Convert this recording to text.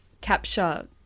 capture